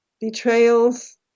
betrayals